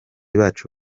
bacu